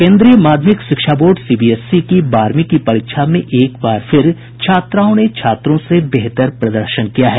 केन्द्रीय माध्यमिक शिक्षा बोर्ड सीबीएसई की बारहवीं की परीक्षा में एक बार फिर छात्राओं ने छात्रों से बेहतर प्रदर्शन किया है